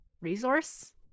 resource